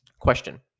Question